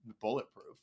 bulletproof